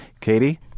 Katie